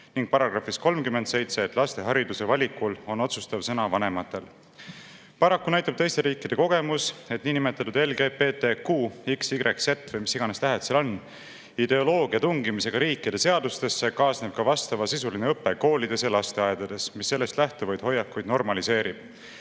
ning § 37 sätestab, et laste hariduse valikul on otsustav sõna vanematel. Paraku näitab teiste riikide kogemus, et niinimetatud LGBTQXYZ – või mis iganes tähed seal on – ideoloogia tungimisega riikide seadustesse kaasneb ka vastavasisuline õpe koolides ja lasteaedades, mis sellest lähtuvaid hoiakuid normaliseerib.